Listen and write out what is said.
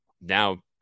now